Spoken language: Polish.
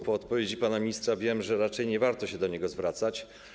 Po odpowiedzi pana ministra wiem, że raczej nie warto się do niego zwracać.